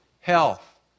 health